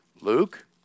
Luke